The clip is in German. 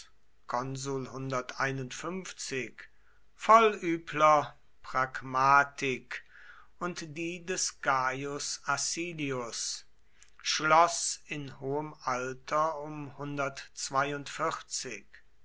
voll übler pragmatik und die des gaius acilius schloß in hohem alter